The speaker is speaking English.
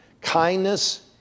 Kindness